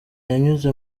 yanyuze